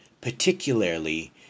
particularly